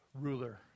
ruler